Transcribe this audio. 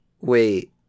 Wait